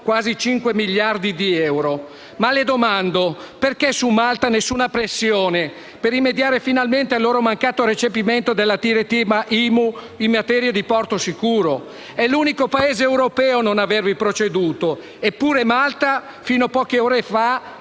quasi cinque miliardi di euro. Ma le domando: perché su Malta nessuna pressione per rimediare finalmente al loro mancato recepimento della direttiva IMO in materia di porto sicuro? È l'unico Paese europeo a non avervi proceduto, eppure Malta, fino a poche ore fa,